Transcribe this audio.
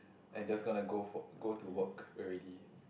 and just gonna go for go to work already